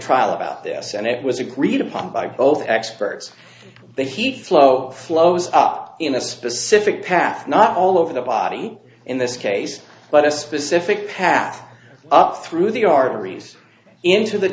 trial about this and it was agreed upon by both experts that heat flow flows up in a specific path not all over the body in this case but a specific path up through the arteries into the